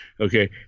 Okay